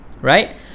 right